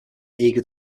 eager